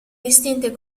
distinte